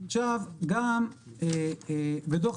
גם בדו"ח